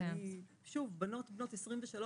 בחורות בנות 23,